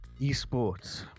Esports